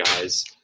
guys